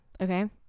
okay